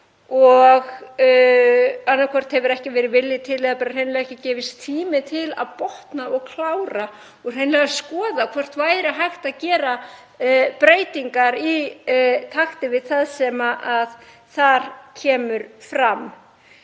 Annaðhvort hefur ekki verið vilji til eða bara hreinlega ekki gefist tími til að botna og klára og hreinlega skoða hvort væri hægt að gera breytingar í takti við það sem þar kemur fram.